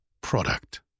product